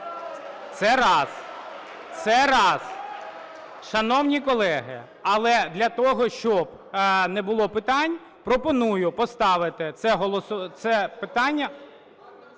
в залі) Це раз. Шановні колеги, але для того, щоб не було питань, пропоную поставити це питання...